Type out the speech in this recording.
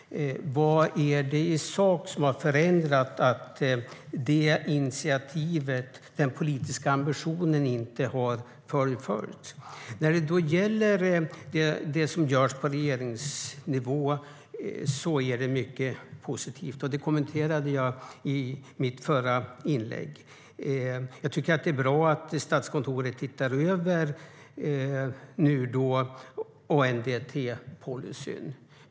Vad har i sak förändrats så att det initiativet och den politiska ambitionen inte har fullföljts? Det görs mycket positivt på regeringsnivå. Det kommenterade jag i mitt förra inlägg. Det är bra att Statskontoret ser över ANDT-policyn.